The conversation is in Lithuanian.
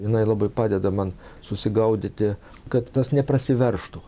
jinai labai padeda man susigaudyti kad tas neprasiveržtų